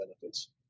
benefits